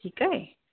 ठीकु आहे